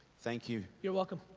thank you. you're welcome.